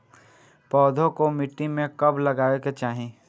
पौधे को मिट्टी में कब लगावे के चाही?